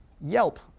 Yelp